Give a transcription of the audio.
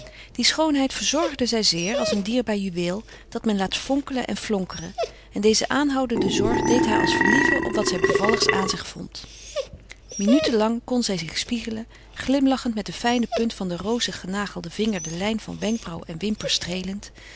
die schoonheid verzorgde zij zeer als een dierbaar juweel dat men laat fonkelen en flonkeren en deze aanhoudende zorg deed haar als verlieven op wat zij bevalligs aan zich vond minuten lang kon zij zich spiegelen glimlachend met de fijne punt van den roziggenagelden vinger de lijn van wenkbrauw en wimper streelend